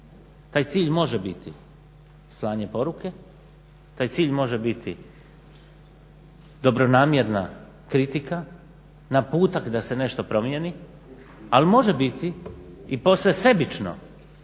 Taj cilj može biti slanje poruke, taj cilj može biti dobronamjerna kritika, naputak da se nešto promijeni, ali može biti i posve sebično,